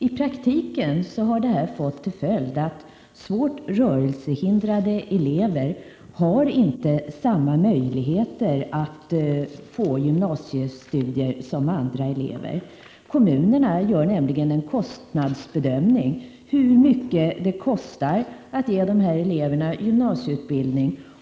I praktiken har detta fått till följd att svårt rörelsehindrade elever inte har samma möjligheter till gymnasiestudier som andra elever. Kommunerna gör nämligen en bedömning av hur mycket det kostar att ge dessa elever gymnasieutbildning.